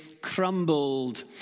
crumbled